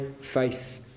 faith